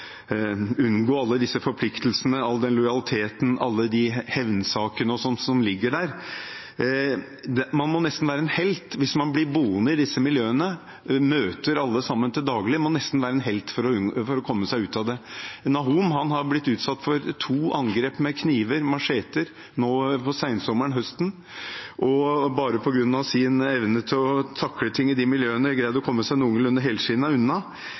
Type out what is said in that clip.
som ligger der. Man må nesten være en helt for å komme seg ut av det hvis man blir boende i disse miljøene og møter alle sammen til daglig. Nahom har blitt utsatt for to angrep med kniver, macheter, nå på sensommeren/høsten, og bare på grunn av sin evne til å takle ting i de miljøene har han greid å komme seg noenlunde helskinnet unna.